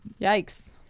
Yikes